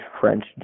French